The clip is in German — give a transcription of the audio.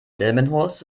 delmenhorst